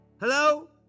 Hello